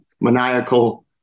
maniacal